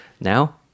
now